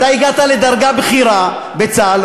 אתה הגעת לדרגה בכירה בצה"ל,